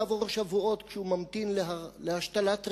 כמה שבועות כשהוא ממתין להשתלת ריאות,